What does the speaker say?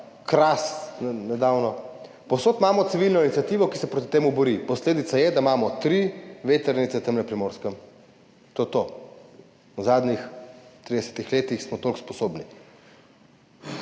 Kras nedavno, povsod imamo civilno iniciativo, ki se bori proti temu, posledica je, da imamo tri vetrnice tam na Primorskem. To je to. V zadnjih 30 letih smo toliko sposobni.